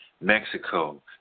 Mexico